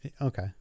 Okay